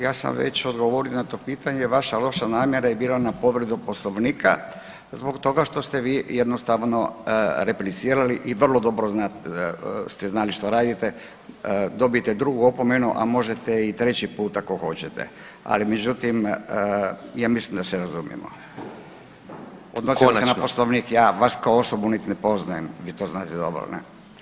Ja sam već odgovorio na to pitanje, vaša loša namjera je bila na povredu Poslovnika zbog toga što ste vi jednostavno replicirali i vrlo dobro ste znali što radite, dobivate drugu opomenu a možete i treći puta ako hoćete ali međutim, ja mislim da se razumijemo [[Upadica: Konačno.]] Odnosilo se na Poslovnik, ja vas kao osobu nit ne poznajem, vi to znate dobro, ne.